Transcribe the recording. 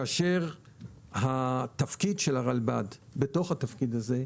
כאשר התפקיד של הרלב"ד בתוך התפקיד הזה,